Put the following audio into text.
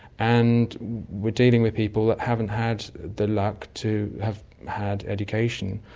and we're dealing with people that haven't had the luck to have had education.